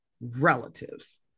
relatives